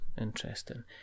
interesting